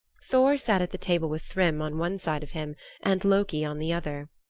thor sat at the table with thrym on one side of him and loki on the other.